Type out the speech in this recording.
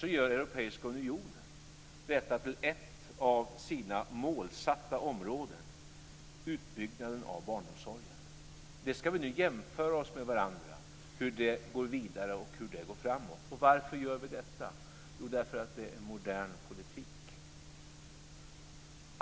Så gör Europeiska unionen utbyggnaden av barnomsorgen till ett av sina målsatta områden. Vi ska nu jämföra oss med varandra och se hur det går vidare och hur det går framåt. Varför gör vi detta? Jo, därför att det är en modern politik.